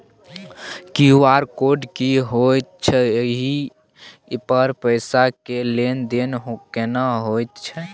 QR code की होयत छै एहि पर पैसा के लेन देन केना होयत छै?